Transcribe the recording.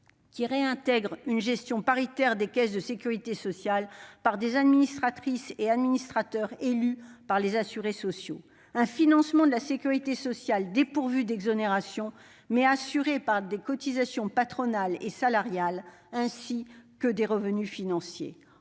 qui réintègre une gestion paritaire des caisses de sécurité sociale par des administrateurs élus par les assurés sociaux. Nous proposons un financement de la sécurité sociale dépourvu d'exonérations, mais assuré par des cotisations patronales et salariales, ainsi que par des revenus financiers.